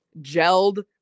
gelled